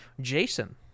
Jason